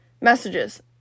messages